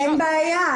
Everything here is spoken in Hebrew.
אין בעיה.